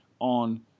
on